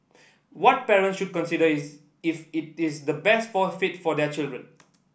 what parent should consider is if it is the best for fit for their children